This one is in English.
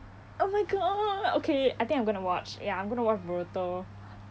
oh my god okay I think I'm gonna watch ya I'm gonna watch boruto